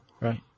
Right